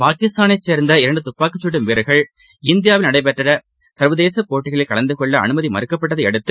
பாகிஸ்தானைச்சேர்ந்த இரண்டுதுப்பாக்கிச்சுடும் வீரர்கள் இந்தியாவில் நடைபெற்றசர்வதேசபோட்டிகளில் கலந்துகொள்ள அனுமதிமறுக்கப்பட்டதையடுத்து